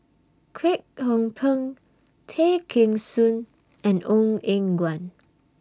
Kwek Hong Png Tay Kheng Soon and Ong Eng Guan